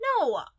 No